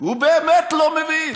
הוא באמת לא מבין.